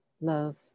love